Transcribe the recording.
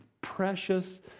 precious